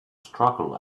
struggle